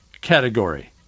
category